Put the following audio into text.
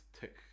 tick